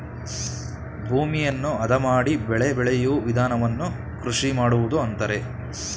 ಭೂಮಿಯನ್ನು ಅದ ಮಾಡಿ ಬೆಳೆ ಬೆಳೆಯೂ ವಿಧಾನವನ್ನು ಕೃಷಿ ಮಾಡುವುದು ಅಂತರೆ